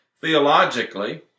theologically